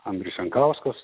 andrius jankauskas